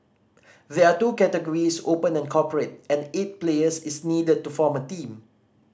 there are two categories Open and Corporate and eight players is needed to form a team